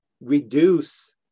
reduce